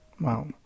Wow